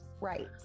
Right